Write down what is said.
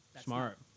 Smart